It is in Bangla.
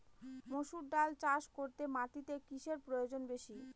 মুসুর ডাল চাষ করতে মাটিতে কিসে প্রয়োজন বেশী?